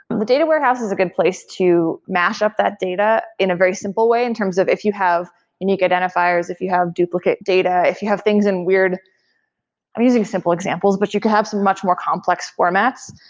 and the data warehouse is a good place to mash up that data in a very simple way, in terms of if you have unique identifiers, if you have duplicate data, if you have things in weird i'm using simple examples, but you could have some much more complex formats.